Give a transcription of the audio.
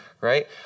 Right